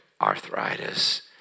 arthritis